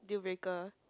deal breaker